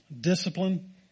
Discipline